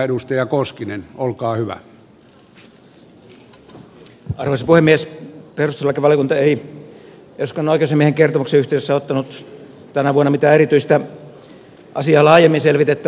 perustuslakivaliokunta ei eduskunnan oikeusasiamiehen kertomuksen yhteydessä ottanut tänä vuonna mitään erityistä asiaa laajemmin selvitettäväksi